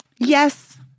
Yes